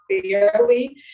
fairly